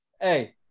Hey